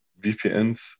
VPNs